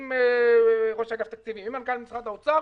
בדיון עם ראש אגף התקציבים ועם מנכ"ל משרד האוצר.